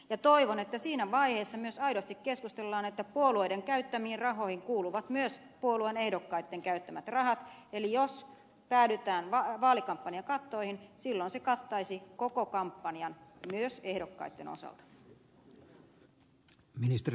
ja toivon että siinä vaiheessa myös aidosti keskustellaan siitä että puolueiden käyttämiin rahoihin kuuluvat myös puolueen ehdokkaitten käyttämät rahat eli jos päädytään vaalikampanjakattoihin silloin se kattaisi koko kampanjan myös ehdokkaitten osalta